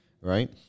right